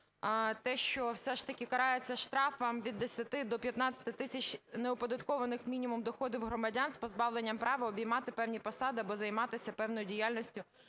те, що все ж таки карається штрафом від 10 до 15 тисяч неоподаткованих мінімум доходів громадян з позбавленням права обіймати певні посади або займатися певною діяльністю